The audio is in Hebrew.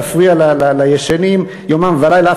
להפריע לישנים יומם ולילה,